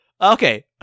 Okay